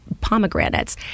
pomegranates